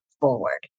forward